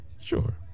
Sure